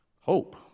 hope